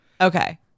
Okay